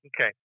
Okay